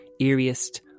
eeriest